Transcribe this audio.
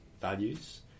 values